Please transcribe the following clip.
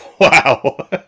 Wow